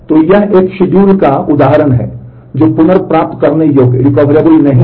तो यह एक शेड्यूल नहीं है